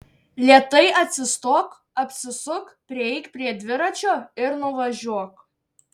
lėtai atsistok apsisuk prieik prie dviračio ir nuvažiuok